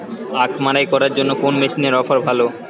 আখ মাড়াই করার জন্য কোন মেশিনের অফার ভালো?